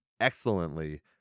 excellently